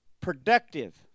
productive